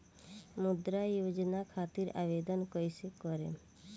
मुद्रा योजना खातिर आवेदन कईसे करेम?